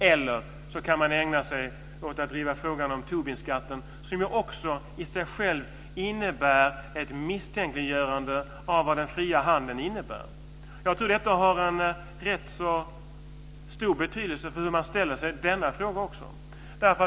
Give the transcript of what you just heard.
Eller så kan man ägna sig åt att driva frågan om Tobinskatten, som ju också i sig själv innebär ett misstänkliggörande av vad den fria handeln innebär. Jag tror att det har en rätt stor betydelse för hur man ställer sig i denna fråga också.